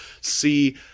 see